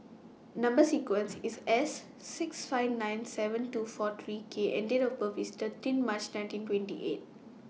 Number sequence IS S six five nine seven two four three K and Date of birth IS thirteen March nineteen twenty eight